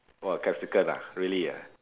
!wah! capsicum ah really ah